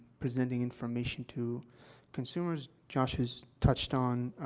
presenting information to consumers. josh has touched on,